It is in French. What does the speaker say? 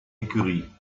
écurie